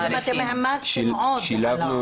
בעצם העמסתם עוד על העובדים הסוציאליים.